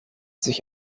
sich